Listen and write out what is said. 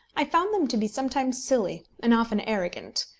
i found them to be sometimes silly and often arrogant.